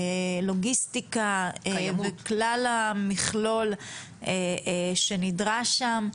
לוגיסטיקה וכלל המכלול שנדרש שם,